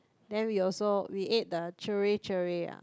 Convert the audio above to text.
then we also we ate the Chir-Chir